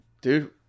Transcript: Dude